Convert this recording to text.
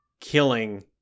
killing